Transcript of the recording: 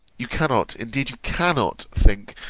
you cannot, indeed you cannot, think,